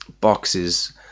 boxes